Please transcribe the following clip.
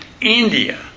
India